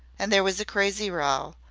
and there was a crazy row.